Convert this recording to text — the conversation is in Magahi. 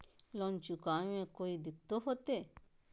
लोन चुकाने में कोई दिक्कतों होते?